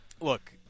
Look